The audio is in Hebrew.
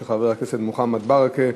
של חבר הכנסת מוחמד ברכה,